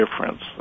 difference